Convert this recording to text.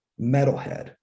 metalhead